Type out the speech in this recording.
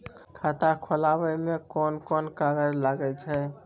खाता खोलावै मे कोन कोन कागज लागै छै?